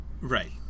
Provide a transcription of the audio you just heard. Right